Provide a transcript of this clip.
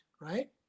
right